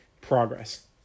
progress